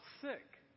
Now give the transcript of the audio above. sick